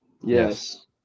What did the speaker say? Yes